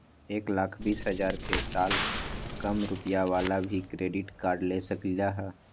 एक लाख बीस हजार के साल कम रुपयावाला भी क्रेडिट कार्ड ले सकली ह?